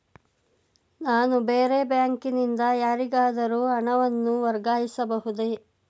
ನಾನು ಬೇರೆ ಬ್ಯಾಂಕಿನಿಂದ ಯಾರಿಗಾದರೂ ಹಣವನ್ನು ವರ್ಗಾಯಿಸಬಹುದೇ?